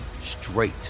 straight